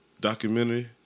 documentary